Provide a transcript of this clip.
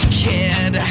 kid